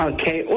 Okay